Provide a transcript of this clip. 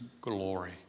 glory